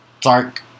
dark